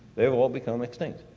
they've all become extinct.